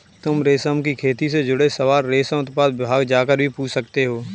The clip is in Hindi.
तुम रेशम की खेती से जुड़े सवाल रेशम उत्पादन विभाग जाकर भी पूछ सकते हो